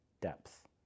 depth